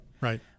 Right